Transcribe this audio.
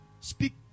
speak